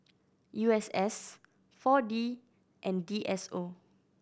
U S S Four D and D S O